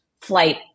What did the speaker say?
flight